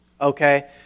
Okay